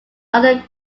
other